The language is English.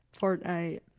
Fortnite